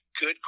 Good